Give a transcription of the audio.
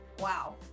Wow